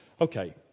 Okay